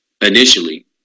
initially